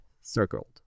circled